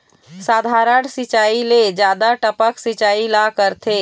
साधारण सिचायी ले जादा टपक सिचायी ला करथे